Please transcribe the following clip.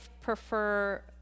prefer